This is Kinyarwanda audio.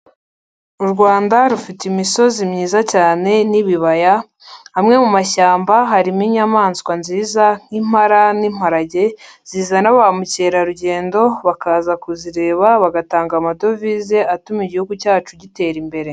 U Rwanda rufite imisozi myiza cyane n'ibibaya, amwe mu mashyamba harimo inyamaswa nziza nk'impara n'imparage, zizana ba mukerarugendo bakaza kuzireba bagatanga amadovize atuma Igihugu cyacu gitera imbere.